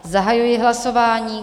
Zahajuji hlasování.